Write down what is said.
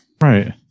Right